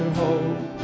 hope